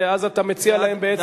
ואז אתה מציע להם בעצם,